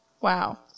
Wow